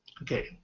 Okay